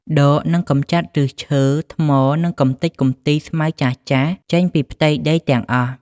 ដក និងកម្ចាត់ឫសឈើ ថ្ម និងកម្ទេចកម្ទីស្មៅចាស់ៗចេញពីផ្ទៃដីទាំងអស់។